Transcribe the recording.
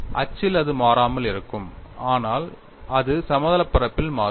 அச்சில் அது மாறாமல் இருக்கும் ஆனால் அது சமதளப் பரப்பில் மாறுபடும்